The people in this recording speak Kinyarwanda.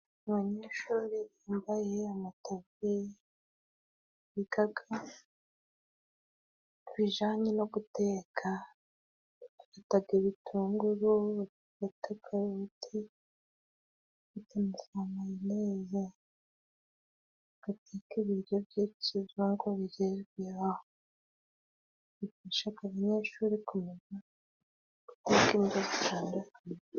Abanyeshuri bambaye amataburiya biga ibijyanye no guteka, bafata ibitunguru, bagafata karoti, bagafata na mayonezi, bagateka ibiryo byinshi, ngo bifashe abanyeshuri kumenyaguteka indyo zitandukanye.